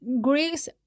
Greeks